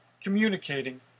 communicating